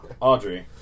Audrey